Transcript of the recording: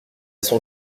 son